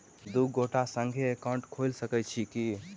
दु गोटे संगहि एकाउन्ट खोलि सकैत छथि की?